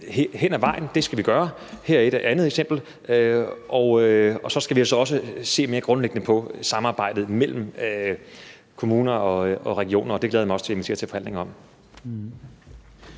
hen ad vejen, skal vi løse. Her er et andet eksempel. Og så skal vi se mere grundlæggende på samarbejdet mellem kommuner og regioner, og det glæder jeg mig også til at invitere til forhandlinger om.